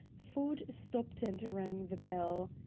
ford stopped and rang the bell.